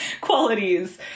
qualities